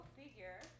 figure